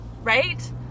right